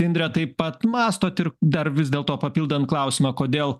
indre taip pat mąstot ir dar vis dėlto papildant klausimą kodėl